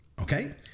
okay